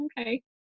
okay